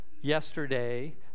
yesterday